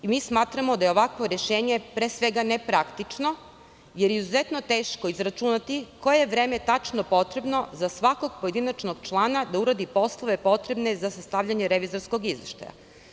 Mi smatramo da je ovakvo rešenje, pre svega, nepraktično jer je izuzetno teško izračunati koje je vreme tačno potrebno za svakog pojedinačnog člana da uradi poslove potrebe za sastavljanje revizorskog izveštaja.